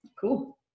cool